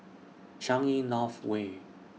Changi North Way